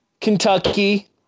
Kentucky